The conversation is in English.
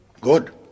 good